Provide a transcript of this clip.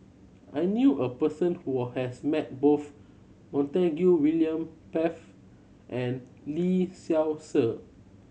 I knew a person who has met both Montague William Pett and Lee Seow Ser